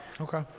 Okay